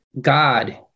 god